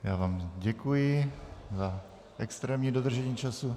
Já vám děkuji za extrémní dodržení času.